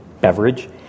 beverage